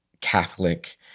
Catholic